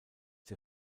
der